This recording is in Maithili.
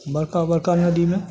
बड़का बड़का नदीमे